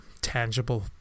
tangible